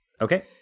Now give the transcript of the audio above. Okay